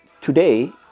Today